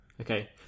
Okay